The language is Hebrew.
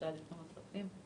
תהליכים נוספים.